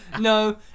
No